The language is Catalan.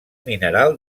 mineral